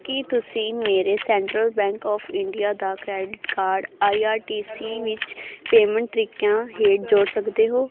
ਕੀ ਤੁਸੀਂਂ ਮੇਰੇ central bank of India ਦਾ credit card I R T C ਵਿੱਚ ਪੇਮੈਂਟ ਤਰੀਕਿਆਂ ਹੇਠ ਜੋੜ ਸਕਦੇ ਹੋ